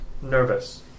nervous